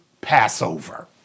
Passover